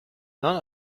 none